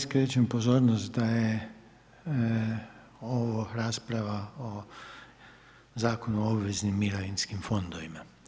Skrećem pozornost da je ovo rasprava o Zakonu o obveznim mirovinskim fondovima.